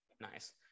nice